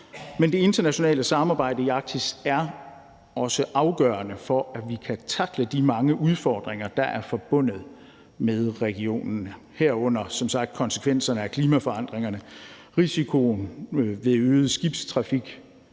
Men det internationale samarbejde i Arktis er også afgørende for, at vi kan tackle de mange udfordringer, der er forbundet med regionen, herunder som sagt konsekvenserne af klimaforandringerne, risikoen ved øget skibstrafik,